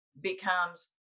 becomes